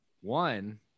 One